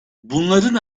bunların